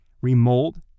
remold